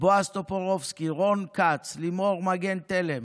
בועז טופורובסקי, רון כץ, לימור מגן תלם,